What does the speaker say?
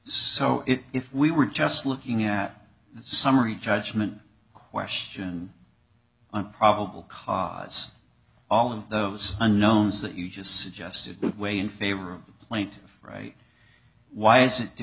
so if we were just looking at the summary judgment question on probable cause all of those on knows that you just suggested way in favor or went right why is it